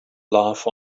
laugh